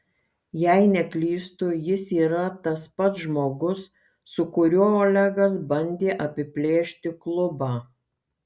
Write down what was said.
jei neklystu jis yra tas pats žmogus su kuriuo olegas bandė apiplėšti klubą